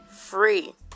free